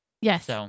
Yes